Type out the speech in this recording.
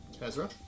Ezra